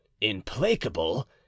implacable